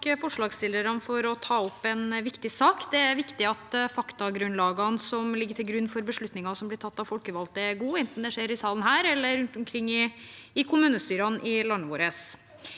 takke forslagsstillerne for at de tar opp en viktig sak. Det er viktig at faktagrunnlagene som ligger til grunn for beslutninger som blir tatt av folkevalgte, er gode, enten det skjer i salen her eller rundt omkring i kommunestyrene i landet vårt.